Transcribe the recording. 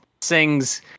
sings